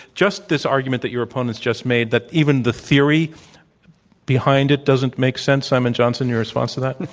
just this argument that your opponents just made that even the theory behind it doesn't make sense. simon johnson, your response to that?